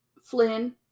Flynn